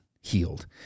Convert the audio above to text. healed